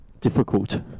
difficult